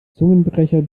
zungenbrecher